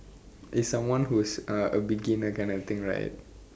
is someone who's a beginner kind of thing right